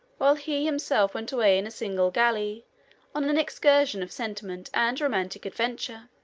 while he himself went away in a single galley on an excursion of sentiment and romantic adventure.